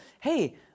hey